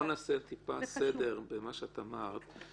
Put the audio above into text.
לילך, בואי נעשה טיפה סדר במה שאת אמרת.